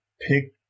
pick